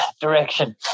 direction